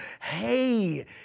hey